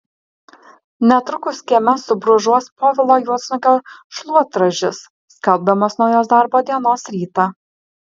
netrukus kieme subrūžuos povilo juodsnukio šluotražis skelbdamas naujos darbo dienos rytą